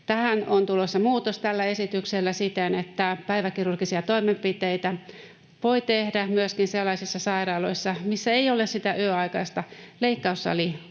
Tähän on tulossa muutos tällä esityksellä siten, että päiväkirurgisia toimenpiteitä voi tehdä myöskin sellaisissa sairaaloissa, missä ei ole sitä yöaikaista leikkaussalivalmiutta.